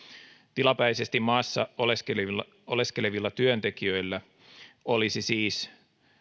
tilapäisesti maassa oleskelevilla oleskelevilla työntekijöillä olisi siis